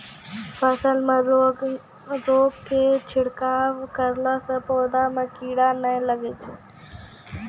फसल मे रोगऽर के छिड़काव करला से पौधा मे कीड़ा नैय लागै छै?